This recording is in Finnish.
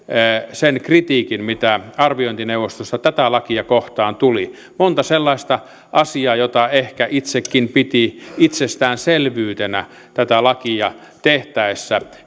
sen kritiikin mitä arviointineuvostosta tätä lakia kohtaan tuli monta sellaista asiaa jota ehkä itsekin pidin itsestäänselvyytenä tätä lakia tehtäessä